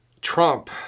Trump